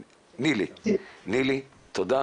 נילי, תודה